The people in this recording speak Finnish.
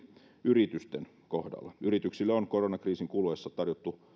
yritysten kohdalla yrityksille on koronakriisin kuluessa tarjottu